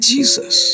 Jesus